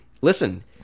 listen